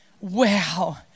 wow